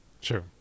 Sure